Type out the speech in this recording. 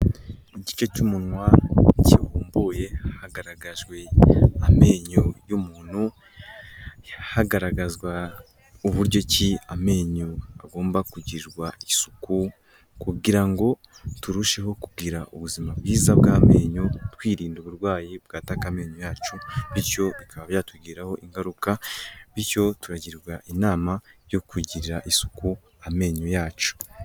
Igice cy'umunwa kibumbuye hagaragajwe amenyo y'umuntu, hagaragazwa uburyo ki amenyo agomba kugirwa isuku, kugira ngo turusheho kugira ubuzima bwiza bw'amenyo twirinda uburwayi bwataka amenyo yacu, bityo bikaba byatugiraho ingaruka bityo turagirwa inama yo kugirira isuku amenyo yacu.